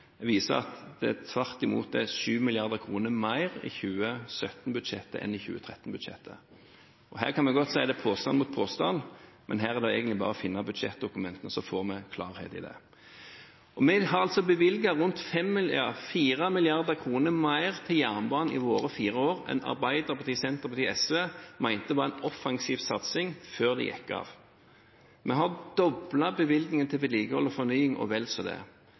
viser at det tvert imot er 7 mrd. kr mer i 2017-budsjettet enn det som var i 2013-budsjettet. Man kan godt si at det er påstand mot påstand, men her er det egentlig bare å finne budsjettdokumentene, så får vi klarhet i det. Vi har altså bevilget rundt 4 mrd. kr mer til jernbanen i våre fire år enn det Arbeiderpartiet, Senterpartiet og SV mente var en offensiv satsing før de gikk av. Vi har doblet bevilgningen til vedlikehold og fornying – og vel så det.